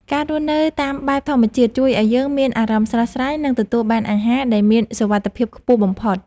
ការរស់នៅតាមបែបធម្មជាតិជួយឱ្យយើងមានអារម្មណ៍ស្រស់ស្រាយ និងទទួលបានអាហារដែលមានសុវត្ថិភាពខ្ពស់បំផុត។